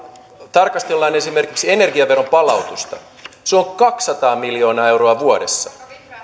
tarkastellaan esimerkiksi energiaveron palautusta se on kaksisataa miljoonaa euroa vuodessa